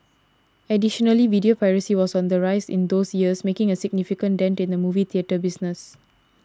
additionally video piracy was on the rise in those years making a significant dent in the movie theatre business